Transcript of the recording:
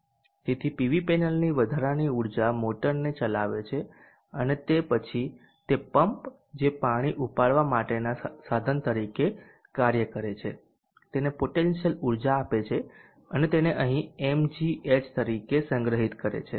તેથી પીવી પેનલની વધારાની ઊર્જા મોટરને ચલાવે છે અને તે પછી તે પંપ જે પાણી ઉપાડવા માટેના સાધન તરીકે કાર્ય કરે છે તેને પોટેન્શિયલ ઉર્જા આપે છે અને તેને અહીં mgh તરીકે સંગ્રહિત કરે છે